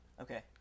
Okay